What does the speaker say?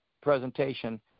presentation